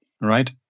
right